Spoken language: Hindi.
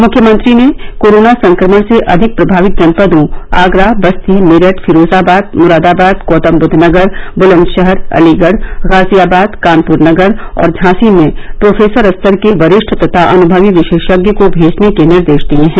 मुख्यमंत्री ने कोरोना संक्रमण से अधिक प्रभावित जनपदों आगरा बस्ती मेरठ फिरोजाबाद मुरादाबाद गौतमबुद्धनगर बुलंदशहर अलीगढ़ गाजियाबाद कानपुर नगर और ज्ञांसी में प्रोफेसर स्तर के वरिष्ठ तथा अनुमवी विशेषज्ञ को भेजने के निर्देश दिए हैं